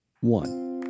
one